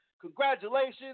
Congratulations